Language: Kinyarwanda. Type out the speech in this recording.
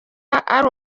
ari